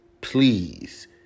Please